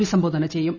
അഭിസംബോധന ചെയ്യും